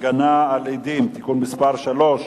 להגנה על עדים (תיקון מס' 3)